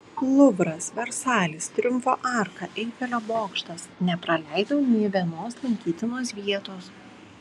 luvras versalis triumfo arka eifelio bokštas nepraleidau nė vienos lankytinos vietos